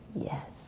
Yes